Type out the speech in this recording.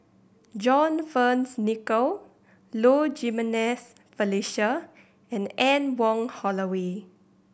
John Fearns Nicoll Low Jimenez Felicia and Anne Wong Holloway